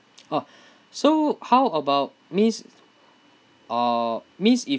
oh so how about mean uh means if